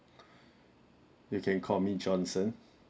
you can call me johnson